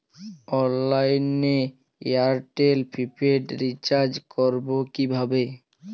অনলাইনে এয়ারটেলে prepaid recharge করবো কিভাবে?